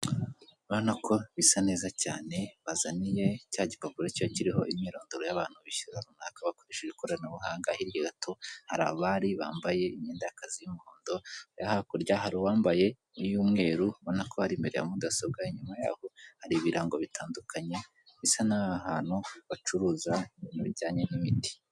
Urabona ko bisa neza cyane bazaniye cyagipapuro kiba kiriho imyirondoro y'abantu bishyura ariko bakoresheje ikoranabuhanga hrya gato hari abari bambaye imyenda y'akazi y'umuhondo hakurya hari uwambaye iy'umweru ubonako ari imbere ya mudasobwa inyuma yaho hari ibirango bitandukanye bisa naho aha hantu bacuruza ibintu bijyanye n'imiti.